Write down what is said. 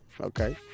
okay